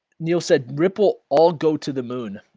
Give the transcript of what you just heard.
neil said rip, we'll all go to the moon.